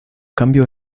cambio